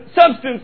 substance